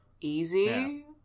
easy